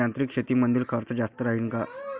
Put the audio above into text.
यांत्रिक शेतीमंदील खर्च जास्त राहीन का?